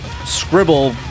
scribble